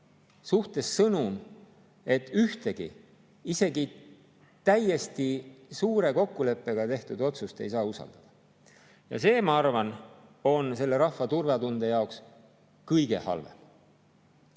suhtes sõnum, et ühtegi, isegi täiesti suure kokkuleppega tehtud otsust ei saa usaldada. See, ma arvan, on selle rahva turvatunde jaoks kõige halvem.